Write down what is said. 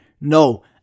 No